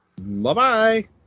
Bye-bye